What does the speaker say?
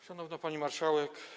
Szanowna Pani Marszałek!